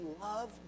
love